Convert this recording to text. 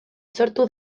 sortu